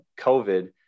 COVID